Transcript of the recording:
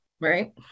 Right